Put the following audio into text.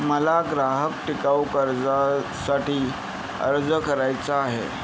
मला ग्राहक टिकाऊ कर्जासाठी अर्ज करायचा आहे